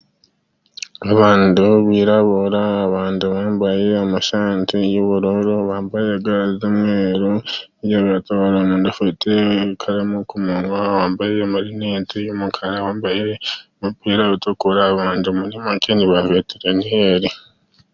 Abantu birabura, abantu bambaye amasarubeti y'ubururu, bambye ga z'umweru, hirya hari umuntu ufite ikaramu ku umunwa wambaye amarinete y'umukara wambaye umupira utukura abantu umuri make niba veterineri.